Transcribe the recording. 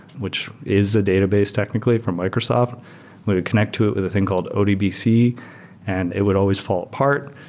which is a database technically from microsoft. we would connect to it with a thing called odbc and it would always fall apart.